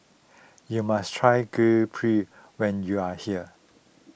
you must try Gudeg Putih when you are here